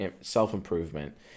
self-improvement